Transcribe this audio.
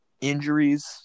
Injuries